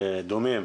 דומים,